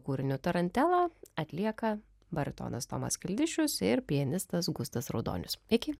kūriniu tarantela atlieka baritonas tomas kildišius ir pianistas gustas raudonius iki